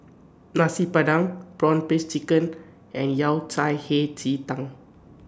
Nasi Padang Prawn Paste Chicken and Yao Cai Hei Ji Tang